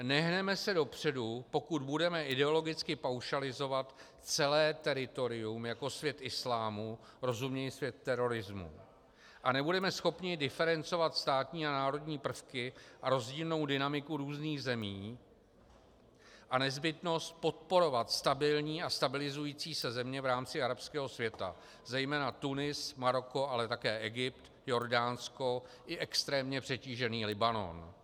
Nehneme se dopředu, pokud budeme ideologicky paušalizovat celé teritorium jako svět islámu, rozuměj svět terorismu, a nebudeme schopni diferencovat státní a národní prvky a rozdílnou dynamiku různých zemí a nezbytnost podporovat stabilní a stabilizující se země v rámci arabského světa, zejména Tunisko, Maroko, ale také Egypt, Jordánsko i extrémně přetížený Libanon.